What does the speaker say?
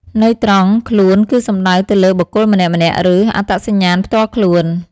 ន័យត្រង់ ខ្លួន គឺសំដៅទៅលើ បុគ្គលម្នាក់ៗ ឬ អត្តសញ្ញាណផ្ទាល់ខ្លួន។